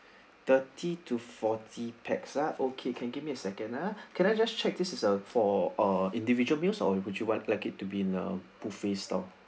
thirty to forty pax ah okay can give me a second ah can I just check this is uh for uh individual meals or you would you would like it to be in a buffet style